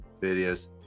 videos